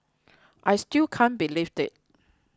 I still can't believe it